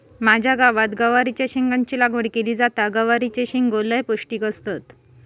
माझ्या गावात गवारीच्या शेंगाची लागवड केली जाता, गवारीचे शेंगो लय पौष्टिक असतत